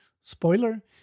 Spoiler